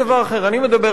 אני מדבר על הפגנה.